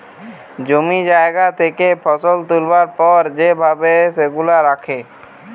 জমি জায়গা থেকে ফসল তুলবার পর যে ভাবে সেগুলা রাখে